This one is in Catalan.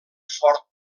fort